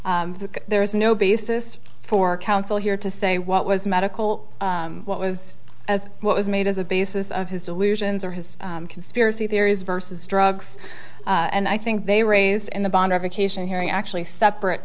there is no basis for counsel here to say what was medical what was what was made as the basis of his delusions or his conspiracy theories versus drugs and i think they raised in the bond avocation hearing actually separate